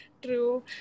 true